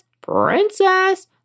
princess